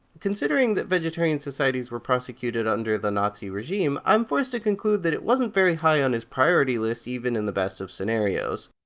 considering that vegetarian societies were prosecuted under the nazi regime, i'm forced to conclude that it wasn't very high on his priority list even in the best of scenarios.